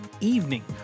evening